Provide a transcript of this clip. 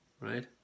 right